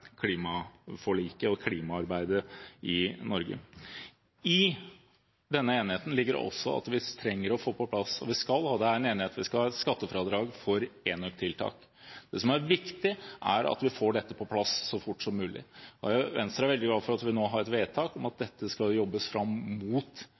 klimaforliket og klimaarbeidet i Norge. I denne enheten ligger det også at vi trenger å få på plass, og det er enighet om at vi skal ha, skattefradrag for enøktiltak. Det som er viktig, er at vi får dette på plass så fort som mulig. Vi i Venstre er veldig glad for at vi nå har et vedtak om at